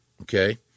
Okay